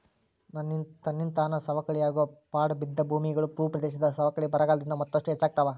ತನ್ನಿಂತಾನ ಸವಕಳಿಯಾಗೋ ಪಡಾ ಬಿದ್ದ ಭೂಮಿಗಳು, ಭೂಪ್ರದೇಶದ ಸವಕಳಿ ಬರಗಾಲದಿಂದ ಮತ್ತಷ್ಟು ಹೆಚ್ಚಾಗ್ತಾವ